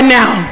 now